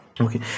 Okay